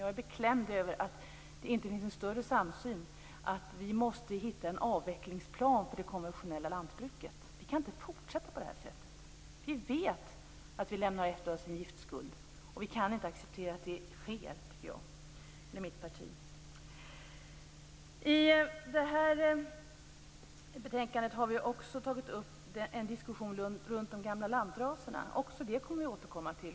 Jag är beklämd över att det inte finns en större samsyn om att vi måste finna en avvecklingsplan för det konventionella lantbruket. Vi kan inte fortsätta på det här sättet. Vi vet att vi lämnar efter oss en giftskuld. Vi kan inte acceptera att det sker, tycker Miljöpartiet. I detta betänkande har vi också tagit upp en diskussion om de gamla lantraserna. Också detta kommer vi att återkomma till.